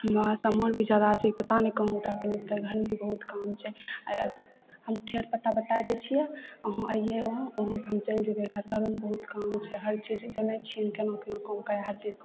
हमरा सामान भी जादा छै पता नहि कहाँ उतारि देबै यहाँ घरमे भी बहुत काम छै हम ठेर पता बताइ दै छियै अहाँ आइये अहाँ अहीँ सङ्ग चलि जेबै घरपर भी बहुत काम छै हर चीजके जनै छियै केना कि कोन कहाँ छै